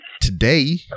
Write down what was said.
today